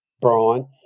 Brian